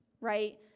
right